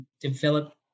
develop